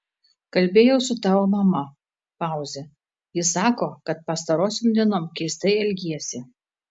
kalbėjau su tavo mama pauzė ji sako kad pastarosiom dienom keistai elgiesi